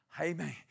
Amen